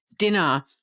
dinner